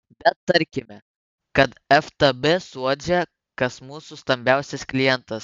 bet tarkime kad ftb suuodžia kas mūsų stambiausias klientas